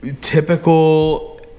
typical